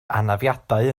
anafiadau